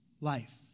life